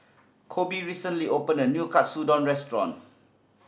Koby recently opened a new Katsudon Restaurant